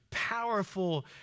powerful